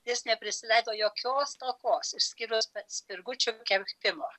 jis neprisileido jokios stokos išskyrus spirgučių kepimo